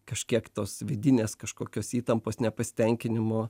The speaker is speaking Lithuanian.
kažkiek tos vidinės kažkokios įtampos nepasitenkinimo